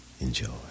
Enjoy